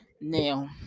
now